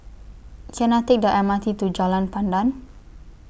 Can I Take The M R T to Jalan Pandan